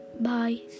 Bye